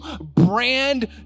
brand